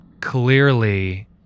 clearly